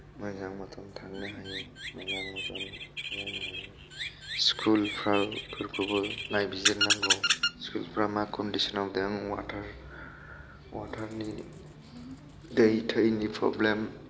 मोजां थांनो हायो मोजां फरायनो हायो स्कुलफ्राव फोरखौबो नायबिजिरनांगौ स्कुलफ्रा मा कन्दिसनाव दों वातार वातारनि दै थैनि प्रब्लेम